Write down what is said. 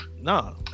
No